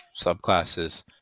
subclasses